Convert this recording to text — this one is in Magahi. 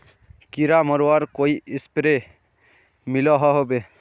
कीड़ा मरवार कोई स्प्रे मिलोहो होबे?